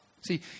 See